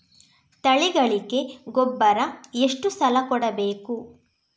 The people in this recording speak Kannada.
ತಳಿಗಳಿಗೆ ಗೊಬ್ಬರ ಎಷ್ಟು ಸಲ ಕೊಡಬೇಕು?